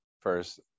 first